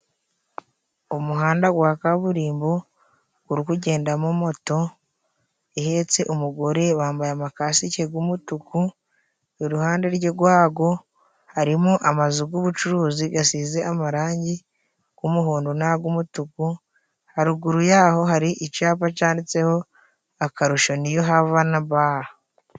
Umuhanda gwa kaburimbo gurikugendamo moto ihetse umugore, bambaye amakasike g'umutuku. Iruhande rwago harimo amazu g'ubucuruzi gasize amarangi g'umuhondo n'ag'umutuku. Haruguru yaho hari icapa canditseho Akarusho niyu havana bare.